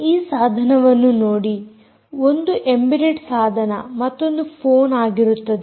ಈ ಸಾಧನವನ್ನು ನೋಡಿ ಒಂದು ಎಂಬೆಡೆಡ್ ಸಾಧನ ಮತ್ತೊಂದು ಫೋನ್ ಆಗಿರುತ್ತದೆ